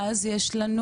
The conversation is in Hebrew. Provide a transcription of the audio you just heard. ערבית,